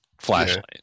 flashlight